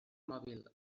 mòbil